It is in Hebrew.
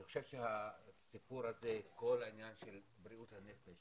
אני חושב שכל העניין של בריאות הנפש